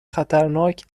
خطرناک